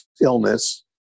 illness